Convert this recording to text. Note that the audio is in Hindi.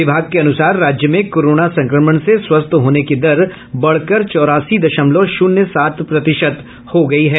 विभाग के अनुसार राज्य में कोरोना संक्रमण से स्वस्थ होने की दर बढ़कर चौरासी दशमलव शून्य सात प्रतिशत हो गयी है